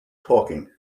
talking